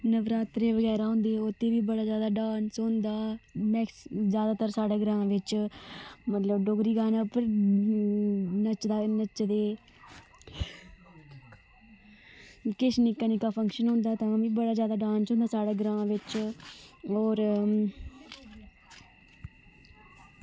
नवरात्रे वगैरा होंदे ओह्दे वी बड़ा जैदा डांस होंदा मैक्स जैदातर साढ़े ग्रांऽ विच मतलव डोगरी गाने उप्पर नच्चदा नच्चदे किश निक्का निक्का फंक्शन होंदा तां बी बड़ा जैदा डांस होंदा साढ़े ग्रांऽ विच और